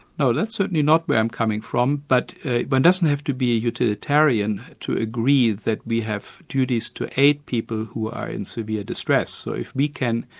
no, that's certainly not where i'm coming from, but one doesn't have to be a utilitarian to agree that we have duties to aid people who are in severe distress, so if we can,